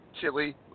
Chili